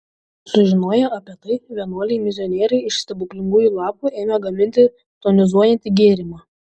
sužinoję apie tai vienuoliai misionieriai iš stebuklingųjų lapų ėmė gaminti tonizuojantį gėrimą